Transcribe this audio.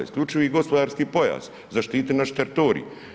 Isključivi gospodarski pojas, zaštiti naš teritorij.